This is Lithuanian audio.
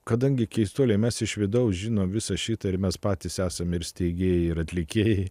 kadangi keistuoliai mes iš vidaus žino visą šitą ir mes patys esam ir steigėjai ir atlikėjai